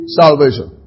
salvation